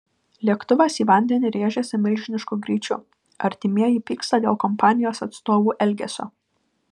lėktuvas į vandenį rėžėsi milžinišku greičiu artimieji pyksta dėl kompanijos atstovų elgesio